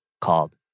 Called